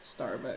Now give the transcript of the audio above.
Starbucks